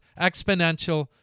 exponential